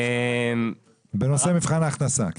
בנושא מבחן הכנסה.